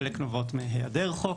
חלק נובעות מהיעדר חוק,